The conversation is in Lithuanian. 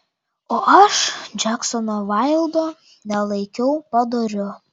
o aš džeksono vaildo nelaikiau padoriu